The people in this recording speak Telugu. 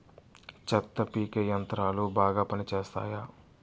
చెత్త పీకే యంత్రాలు బాగా పనిచేస్తాయా?